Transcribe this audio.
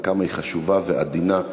וכמה היא חשובה ועדינה.